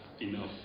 enough